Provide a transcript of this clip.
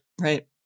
Right